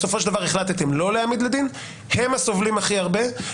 החלטתם לא להעמיד לדין, הם הסובלים הכי הרבה.